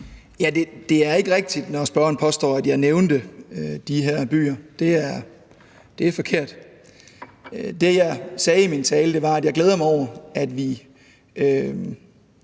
Det er ikke rigtigt, når spørgeren påstår, at jeg nævnte de her byer. Det er forkert. Det, jeg sagde i min tale, var, at jeg glæder mig over, at vi